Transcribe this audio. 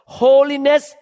holiness